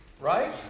Right